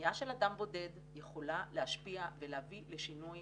שפנייה של אדם בודד יכולה להשפיע ולהביא לשינוי